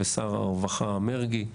ושר הרווחה מרגי.